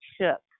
shook